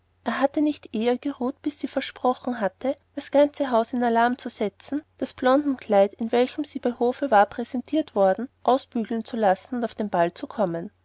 er hatte nicht eher geruht bis sie versprochen hatte das ganze haus in alarm zu setzen das blondenkleid in welchem sie bei hofe war präsentiert worden ausbügeln zu lassen und auf den ball zu kommen